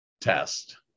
test